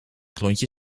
klontje